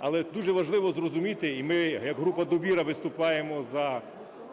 Але дуже важливо зрозуміти, і ми як група "Довіра" виступаємо за